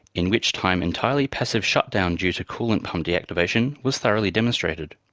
in which time entirely passive shut-down due to coolant pump deactivation was thoroughly demonstrated.